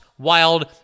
Wild